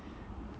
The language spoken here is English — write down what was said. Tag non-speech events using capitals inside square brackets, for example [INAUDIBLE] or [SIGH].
[BREATH]